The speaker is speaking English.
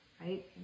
Right